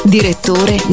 Direttore